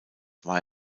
war